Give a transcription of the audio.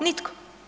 Nitko.